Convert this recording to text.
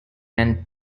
and